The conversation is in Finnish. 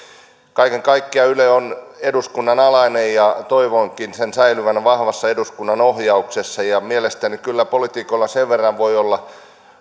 kaiken kaikkiaan yle on eduskunnan alainen ja toivonkin sen säilyvän vahvassa eduskunnan ohjauksessa mielestäni kyllä politiikoilla sen verran voi olla